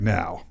now